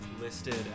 listed